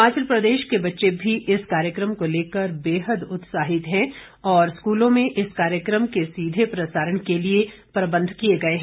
हिमाचल प्रदेश के बच्चे भी इस कार्यक्रम को लेकर बेहद उत्साहित है और स्कूलों में इस कार्यक्रम के सीधे प्रसारण के लिए प्रबंध किए गए हैं